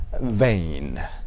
vain